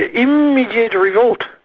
ah immediate revolt.